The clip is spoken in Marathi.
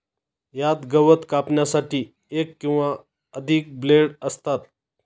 यात गवत कापण्यासाठी एक किंवा अधिक ब्लेड असतात